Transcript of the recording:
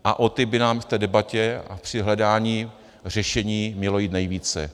A o ty by nám v té debatě a při hledání řešení mělo jít nejvíce.